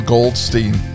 Goldstein